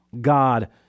God